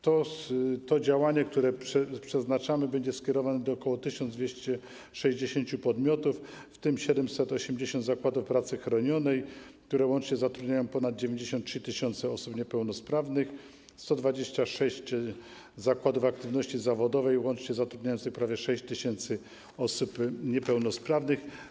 To działanie, które przeznaczamy, będzie skierowane do ok. 1260 podmiotów, w tym 780 zakładów pracy chronionej, które łącznie zatrudniają ponad 93 tys. osób niepełnosprawnych, 126 zakładów aktywności zawodowej łącznie zatrudniających prawie 6 tys. osób niepełnosprawnych.